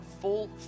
full